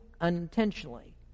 unintentionally